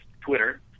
Twitter